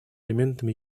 элементом